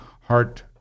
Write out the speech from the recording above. heart